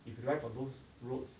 if you drive on those roads